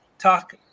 Talk